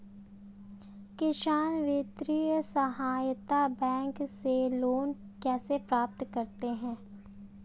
किसान वित्तीय सहायता बैंक से लोंन कैसे प्राप्त करते हैं?